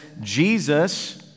Jesus